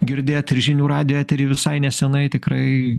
girdėt ir žinių radijo etery visai nesenai tikrai